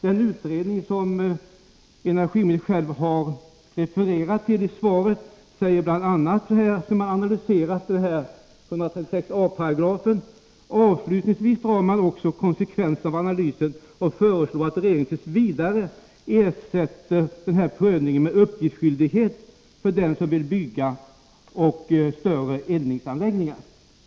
Den utredning som energiministern själv har refererat till i svaret har bl.a. analyserat verkningarna av 136 a §. Som en konsekvens av analysen föreslår utredningen att regeringen t. v. ersätter prövningen med uppgiftsskyldighet för den som vill bygga större eldningsanläggningar.